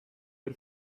per